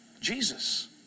Jesus